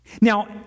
Now